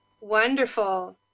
wonderful